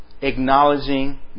acknowledging